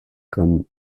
comme